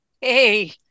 Hey